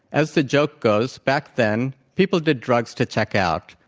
as the joke goes, back then people did drugs to check out.